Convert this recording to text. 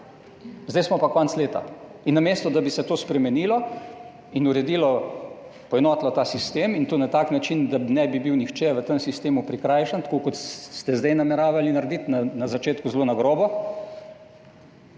Zdaj smo pa konec leta. In namesto, da bi se to spremenilo in uredilo, poenotilo ta sistem, in to na tak način, da ne bi bil nihče v tem sistemu prikrajšan, tako kot ste zdaj nameravali narediti na začetku zelo na grobo,